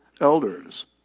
elders